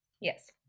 Yes